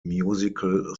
musical